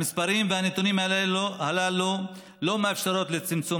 המספרים והנתונים הללו לא מאפשרים צמצום